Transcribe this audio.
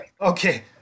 Okay